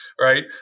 right